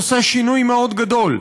עושה שינוי מאוד גדול.